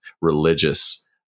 religious